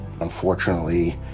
Unfortunately